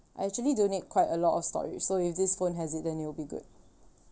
I actually do need quite a lot of storage so if this phone has it then it'll be good